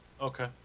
Okay